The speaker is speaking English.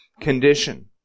condition